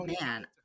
man